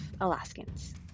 Alaskans